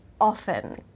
often